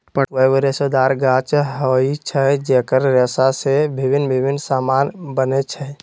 पटुआ एगो रेशेदार गाछ होइ छइ जेकर रेशा से भिन्न भिन्न समान बनै छै